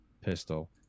pistol